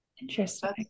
interesting